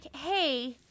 hey